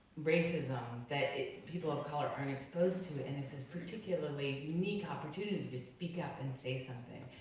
racism that people of color aren't exposed to, and it's this particularly unique opportunity to speak up and say something.